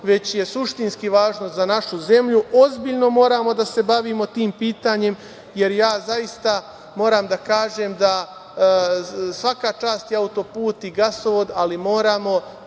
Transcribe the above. već je suštinski važno za našu zemlju. Ozbiljno moramo da se bavimo tim pitanjem, jer ja zaista moram da kažem – svaka čast i auto-put i gasovod, ali moramo